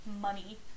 money